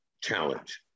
challenge